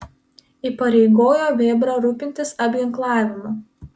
įpareigojo vėbrą rūpintis apginklavimu